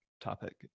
topic